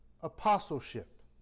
apostleship